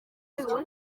icyo